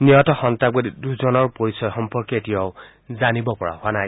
নিহত সন্ত্ৰাসবাদীকেইজনৰ পৰিচয় সম্পৰ্কে এতিয়াও জানিব পৰা হোৱা নাই